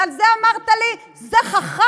ועל זה אמרת לי: זה חכם,